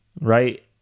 right